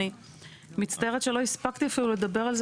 אני מצטערת שלא הפסקתי אפילו לדבר על זה